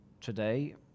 today